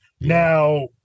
Now